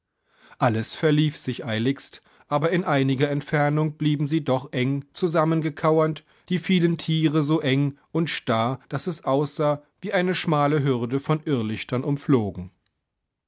alles verlief sich eiligst aber in einiger entfernung blieben sie doch eng zusammengekauert die vielen tiere so eng und starr daß es aussah wie eine schmale hürde von irrlichtern umflogen